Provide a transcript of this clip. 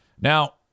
now